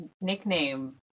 nickname